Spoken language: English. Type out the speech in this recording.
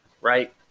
right